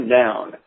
down